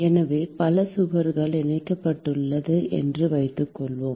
எனவே பல சுவர்கள் இணைக்கப்பட்டுள்ளன என்று வைத்துக்கொள்வோம்